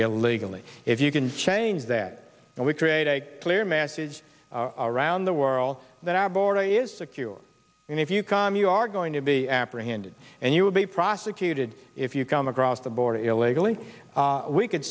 illegally if you can change that and we create a clear message around the world that our border is secure and if you come you are going to be apprehended and you will be prosecuted if you come across the border illegally we could